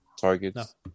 targets